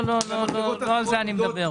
לא, לא על זה אני מדבר.